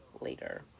later